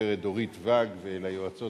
גברת דורית ואג, וליועצות